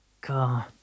God